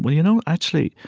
but you know, actually,